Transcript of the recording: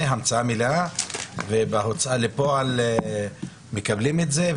המצא ה מלאה ובהוצאה לפועל מקבלים את זה.